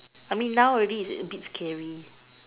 I mean now already it's a bit scary